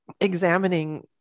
examining